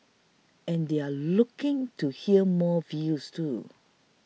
and they're looking to hear more views too